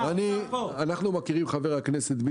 חבר הכנסת,